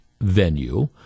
venue